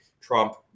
Trump